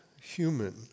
human